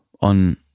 on